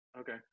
okay